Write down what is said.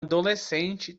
adolescente